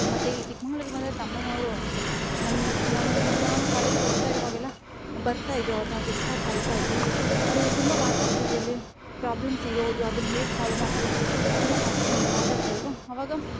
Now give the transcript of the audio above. ಮತ್ತು ಇಲ್ಲಿ ಚಿಕ್ಕಮಂಗ್ಳೂರು ಬಂದರೆ ತಮ್ಮಯ್ಯ ಅವರು ಅಷ್ಟೇ ನಮ್ಮ ನ ನಾನು ಕಾಲೇಜಲ್ಲಿ ಓದ್ತಾ ಇರುವಾಗೆಲ್ಲ ಬರ್ತಾ ಇದ್ದರು ಅವ್ರನ್ನ ಗೆಸ್ಟ್ ಆಗಿ ಕರೀತಾಯಿದ್ದರು ಅವರು ತುಂಬ ಮಾತಾಡ್ತಿದ್ದರು ಎಲ್ಲಿ ಪ್ರಾಬ್ಲಮ್ಸ್ ಇರೋದು ಅದನ್ನ ಹೇಗೆ ಸೊಲು ಮಾಡದು ಅದೆಲ್ಲ ಮಾತಾಡ್ತಿದ್ದರು ಆವಾಗ